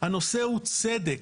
הנושא הוא צדק,